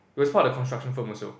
he was part of the construction firm also